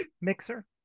Mixer